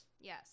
Yes